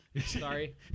Sorry